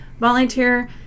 volunteer